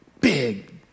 big